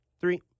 Three